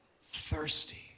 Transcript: Thirsty